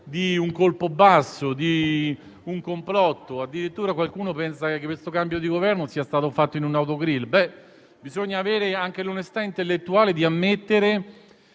di un colpo basso e un complotto. Addirittura, qualcuno pensa che questo cambio di Governo sia stato fatto in un *autogrill*. Bisogna avere l'onestà intellettuale di ammettere